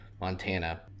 Montana